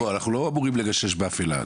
אנחנו לא אמורים לגשש באפילה.